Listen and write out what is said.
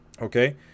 okay